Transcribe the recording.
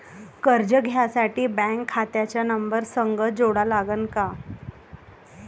कर्ज घ्यासाठी बँक खात्याचा नंबर संग जोडा लागन का?